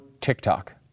TikTok